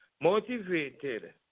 motivated